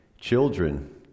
Children